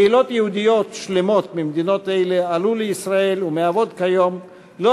קהילות יהודיות שלמות ממדינות אלה עלו לישראל ומהוות כיום לא